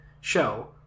show